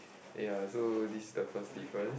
ya so this is the first difference